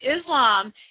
Islam